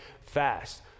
fast